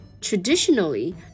Traditionally